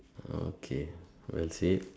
okay well said